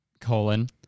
colon